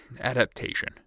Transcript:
adaptation